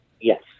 yes